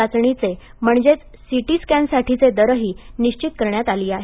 चाचणीचे म्हणजेच सिटी स्कॅनसाठीचे दरही निश्चित करण्यात आले आहेत